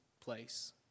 place